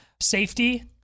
safety